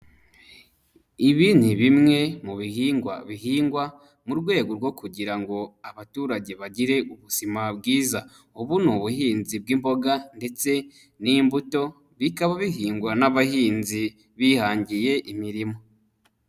Ibi ni bimwe mu bihingwa bihingwa mu rwego rwo kugira ngo abaturage bagire ubuzima bwiza, ubu ni ubuhinzi bw'imboga ndetse n'imbuto, bikaba bihingwa n'abahinzi bihangiye imirimo.